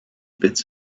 bits